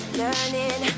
learning